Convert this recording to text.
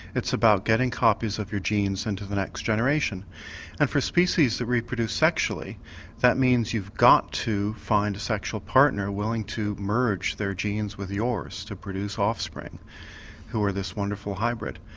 it's about getting copies of your genes into the next generation and for species that reproduce sexually that means you've got to find a sexual partner willing to merge their genes with yours to produce offspring who are this wonderful hybrid.